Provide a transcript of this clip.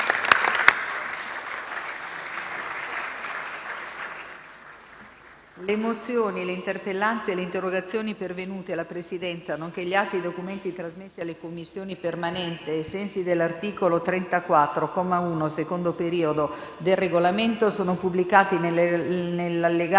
Le mozioni, le interpellanze e le interrogazioni pervenute alla Presidenza, nonché gli atti e i documenti trasmessi alle Commissioni permanenti ai sensi dell'articolo 34, comma 1, secondo periodo, del Regolamento sono pubblicati nell'allegato